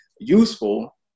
useful